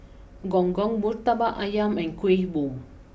Gong Gong Murtabak Ayam and Kueh Bom